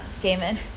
Damon